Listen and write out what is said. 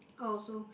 oh so